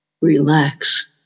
relax